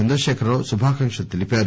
చంద్రశేఖరరావు శుభాకాంక్షలు తెలిపారు